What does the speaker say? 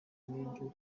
n’ibyo